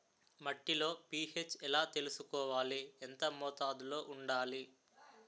మట్టిలో పీ.హెచ్ ఎలా తెలుసుకోవాలి? ఎంత మోతాదులో వుండాలి?